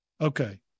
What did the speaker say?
Okay